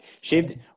Shaved